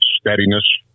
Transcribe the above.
steadiness